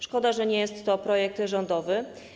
Szkoda, że nie jest to projekt rządowy.